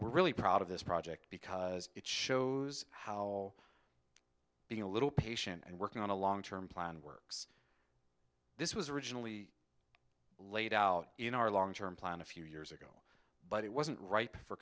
really proud of this project because it shows how being a little patient and working on a long term plan works this was originally laid out in our long term plan a few years ago but it wasn't right for